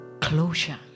closure